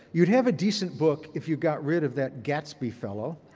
you'd have a decent book if you got rid of that gatsby fellow.